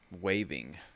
Waving